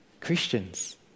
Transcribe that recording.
Christians